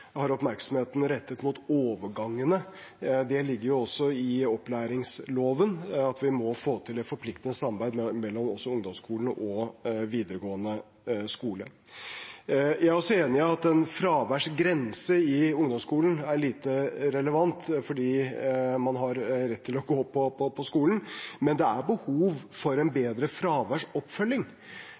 har oppmerksomheten rettet mot overgangene, og det ligger også i opplæringsloven at vi må få til et forpliktende samarbeid mellom ungdomsskolen og videregående skole. Jeg er også enig i at en fraværsgrense i ungdomsskolen er lite relevant fordi man har rett til å gå på skolen, men det er behov for en bedre fraværsoppfølging.